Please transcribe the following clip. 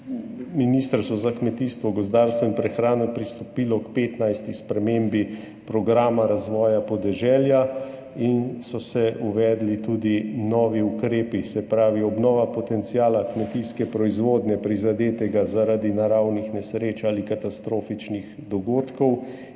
Ministrstvo za kmetijstvo, gozdarstvo in prehrano je pristopilo k 15. spremembi programa razvoja podeželja in so se uvedli tudi novi ukrepi, se pravi obnova potenciala kmetijske proizvodnje, prizadetega zaradi naravnih nesreč ali katastrofičnih dogodkov, in